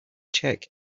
check